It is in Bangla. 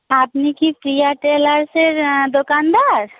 আপনি কি প্রিয়া টেলার্সের দোকানদার